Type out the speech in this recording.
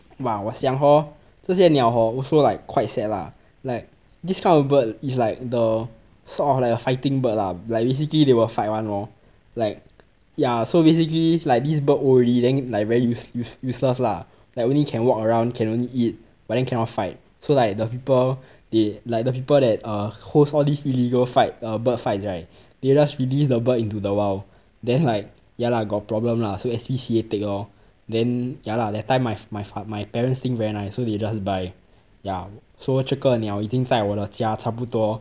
but 我想 hor 这些鸟 hor also like quite sad lah like this kind of bird it's like the sort of like a fighting bird lah like basically they will fight [one] lor like ya so basically like this bird old already then like very use~ use~ useless lah like only can walk around can only eat but then cannot fight so like the people they like the people that uh host all these illegal fight uh bird fights right they just release the bird into the wild then like ya lah got problem lah so S_P_C_A take lor then ya lah that time my f~ my my parents think very nice so they just buy so 这个鸟已经在我家差不多